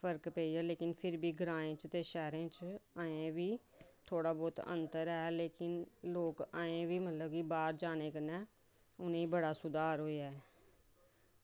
फर्क पेई गेआ लेकिन फिर बी ग्राएं च ते शैह्रें च अजें बी थोह्ड़ा बौह्त अंतर ऐ लेकिन लोक अजें बी मतलब कि बाहर जाने उनेंगी बड़ा सुधार होएआ ऐ